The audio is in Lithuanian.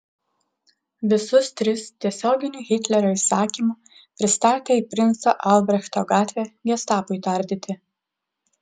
visus tris tiesioginiu hitlerio įsakymu pristatė į princo albrechto gatvę gestapui tardyti